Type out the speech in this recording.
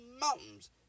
mountains